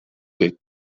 que